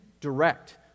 direct